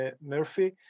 Murphy